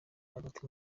hagati